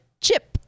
chip